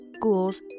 ghouls